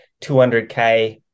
200K